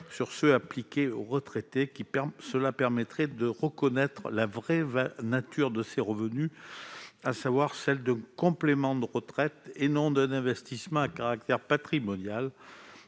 sur ceux appliqués aux retraités, ce qui permettrait de reconnaître la véritable nature de ces revenus, à savoir celle d'un complément de retraite et non d'un investissement à caractère patrimonial.